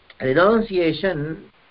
renunciation